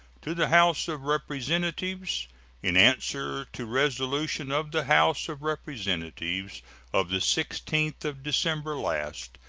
to the house of representatives in answer to resolution of the house of representatives of the sixteenth of december last,